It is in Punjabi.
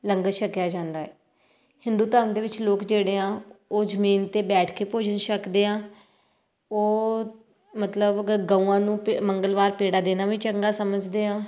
ਲੰਗਰ ਛਕਿਆ ਜਾਂਦਾ ਹਿੰਦੂ ਧਰਮ ਦੇ ਵਿੱਚ ਲੋਕ ਜਿਹੜੇ ਆ ਉਹ ਜ਼ਮੀਨ 'ਤੇ ਬੈਠ ਕੇ ਭੋਜਨ ਛਕਦੇ ਆ ਉਹ ਮਤਲਬ ਗਊਆਂ ਨੂੰ ਪ ਮੰਗਲਵਾਰ ਪੇੜਾ ਦੇਣਾ ਵੀ ਚੰਗਾ ਸਮਝਦੇ ਆ